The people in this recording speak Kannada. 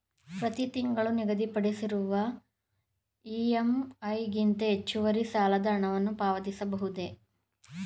ಪ್ರತಿ ತಿಂಗಳು ನಿಗದಿಪಡಿಸಿರುವ ಇ.ಎಂ.ಐ ಗಿಂತ ಹೆಚ್ಚುವರಿ ಸಾಲದ ಹಣವನ್ನು ಪಾವತಿಸಬಹುದೇ?